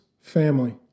family